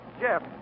Jeff